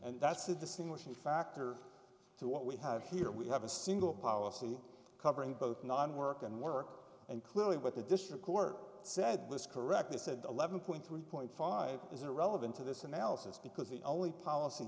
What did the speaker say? and that's the distinguishing factor so what we have here we have a single policy covering both nonwork and work and clearly what the district court said list correctly said eleven point three point five is irrelevant to this analysis because the only policy